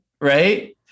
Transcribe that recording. right